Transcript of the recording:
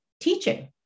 teaching